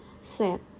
set